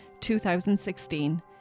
2016